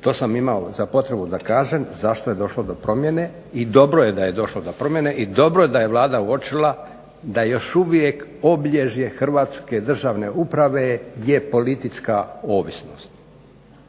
To sam imao za potrebu da kažem zašto je došlo do promjene i dobro je da je došlo do promjene. I dobro da je Vlada uočila da je još uvijek obilježje hrvatske državne uprave je politička ovisnost,